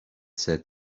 said